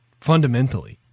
fundamentally